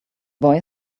boy